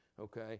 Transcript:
Okay